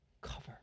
cover